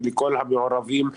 ולכל המעורבים,